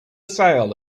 sail